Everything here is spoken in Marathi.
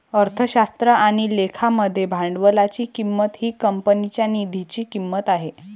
अर्थशास्त्र आणि लेखा मध्ये भांडवलाची किंमत ही कंपनीच्या निधीची किंमत आहे